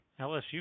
LSU